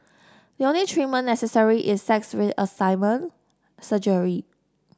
the only treatment necessary is sex reassignment surgery